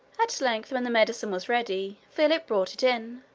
at length, when the medicine was ready, philip brought it in.